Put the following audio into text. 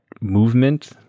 movement